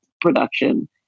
production